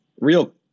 real